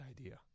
idea